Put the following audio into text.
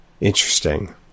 Interesting